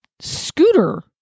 Scooter